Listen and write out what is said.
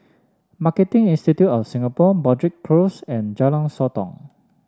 Marketing Institute of Singapore Broadrick Close and Jalan Sotong